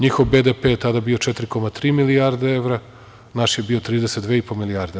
Njihov BDP je tada bio 4,3 milijarde evra, a naš je bio 32,5 milijardi evra.